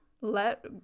let